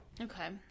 Okay